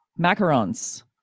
macarons